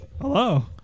Hello